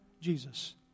Jesus